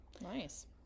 Nice